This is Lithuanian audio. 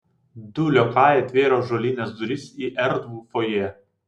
du liokajai atvėrė ąžuolines duris į erdvų fojė